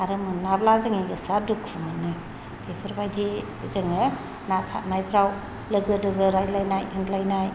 आरो मोनाब्ला जोंनि गोसोआ दुखु मोनो बेफोरबायदि जोङो ना सारनायफोराव लोगो दोगो रायज्लायनाय होनग्लायनाय